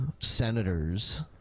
Senators